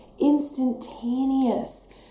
instantaneous